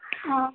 ஆ